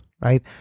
right